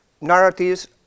narratives